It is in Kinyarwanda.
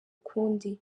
ukundi